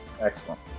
excellent